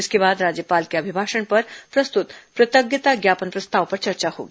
इसके बाद राज्यपाल के अभिभाषण पर प्रस्तुत कृतज्ञता ज्ञापन प्रस्ताव पर चर्चा होगी